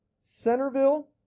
Centerville